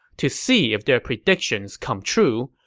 to see if their predictions come true,